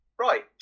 Right